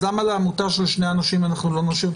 אז למה לעמותה של שני אנשים אנחנו לא מרשים?